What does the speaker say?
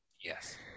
yes